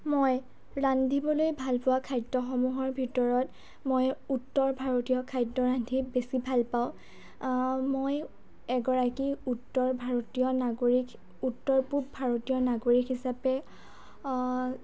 মই ৰান্ধিবলৈ ভালপোৱা খাদ্যসমূহৰ ভিতৰত মই উত্তৰ ভাৰতীয় খাদ্য ৰান্ধি বেছি ভালপাওঁ মই এগৰাকী উত্তৰ ভাৰতীয় নাগৰিক উত্তৰ পূব ভাৰতীয় নাগৰিক হিচাপে